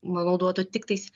manau duotų tiktais